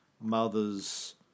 mother's